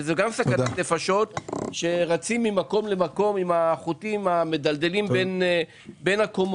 שזה גם סכנת נפשות שרצים ממקום למקום עם החוטים המדלדלים בין הקומות.